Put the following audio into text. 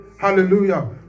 Hallelujah